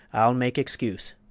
i'll make's excuse.